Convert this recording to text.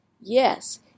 Yes